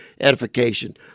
edification